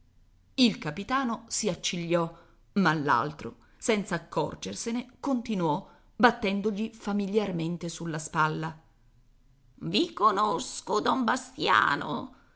il capitano si accigliò ma l'altro senza accorgersene continuò battendogli familiarmente sulla spalla i conosco don bastiano